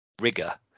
rigor